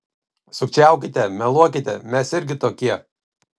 sukčiaukite meluokite mes irgi tokie